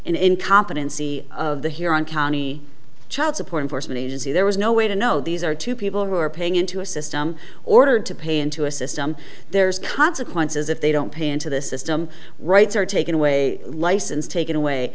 incompetency of the here on county child support enforcement agency there was no way to know these are two people who are paying into a system ordered to pay into a system there's consequences if they don't pay into the system rights are taken away license taken away